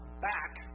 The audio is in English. back